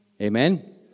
Amen